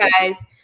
guys